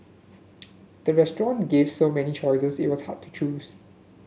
the restaurant gave so many choices it was hard to choose